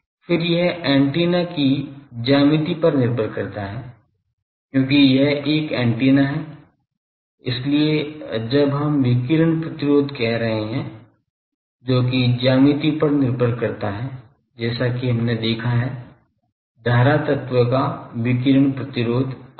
फिर यह एंटीना की ज्यामिति पर निर्भर करता है क्योंकि यह एक एंटीना है इसलिए जब हम विकिरण प्रतिरोध कह रहे हैं जो कि ज्यामिति पर निर्भर करता है जैसा कि हमने देखा है धारा तत्व का विकिरण प्रतिरोध आदि